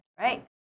right